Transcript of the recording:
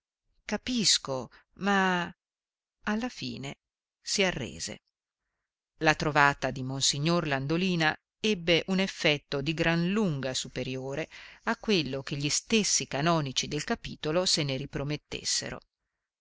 capisco ma alla fine si arrese la trovata di monsignor landolina ebbe un effetto di gran lunga superiore a quello che gli stessi canonici del capitolo se ne